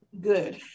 good